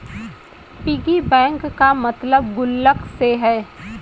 piggy bank का मतलब गुल्लक से है